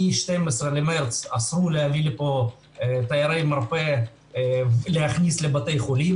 מ-12 למרץ אסור להביא לפה תיירי מרפא לבתי החולים.